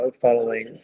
following